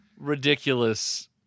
ridiculous